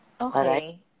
Okay